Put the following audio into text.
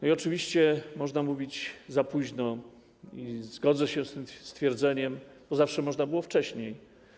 Oczywiście można mówić „za późno” i zgodzę się z tym stwierdzeniem, bo zawsze można było wcześniej.